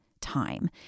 time